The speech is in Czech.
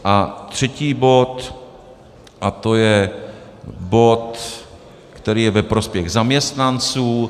A třetí bod je bod, který je ve prospěch zaměstnanců.